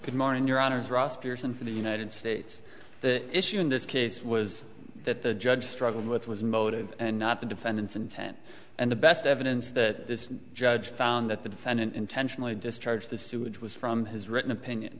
good morning your honors ross pearson for the united states the issue in this case was that the judge struggled with was motive and not the defendant's intent and the best evidence that this judge found that the defendant intentionally discharged the sewage was from his written opinion